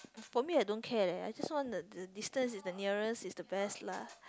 for me I don't care leh I just want the the distance is the nearest is best lah